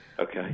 Okay